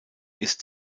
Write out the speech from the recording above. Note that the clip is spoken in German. ist